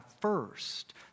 first